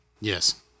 Yes